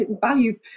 value